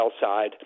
side